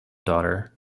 daughter